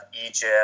Egypt